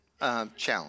challenge